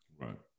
Right